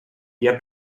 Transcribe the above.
via